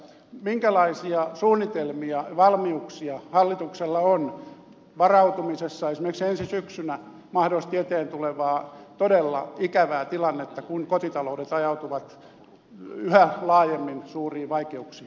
minkälaisia suunnitelmia ja valmiuksia hallituksella on varautumisessa esimerkiksi ensi syksynä mahdollisesti eteen tulevaan todella ikävään tilanteeseen kun kotitaloudet ajautuvat yhä laajemmin suuriin vaikeuksiin